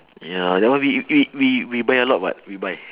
ya that one we eat we we buy a lot [what] we buy